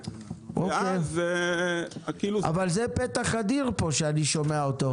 זה פתח אדיר שאני שומע עכשיו,